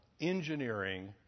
engineering